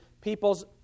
people's